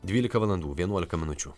dvylika valandų vienuolika minučių